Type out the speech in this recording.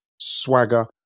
swagger